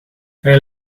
hij